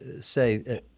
say